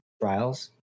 trials